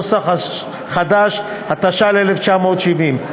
התש"ל 1970,